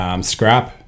scrap